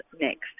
next